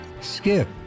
skip